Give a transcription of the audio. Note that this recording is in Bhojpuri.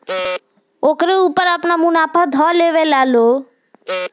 ओकरे ऊपर आपन मुनाफा ध लेवेला लो